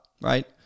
right